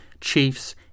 chiefs